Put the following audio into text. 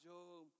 Job